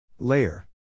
Layer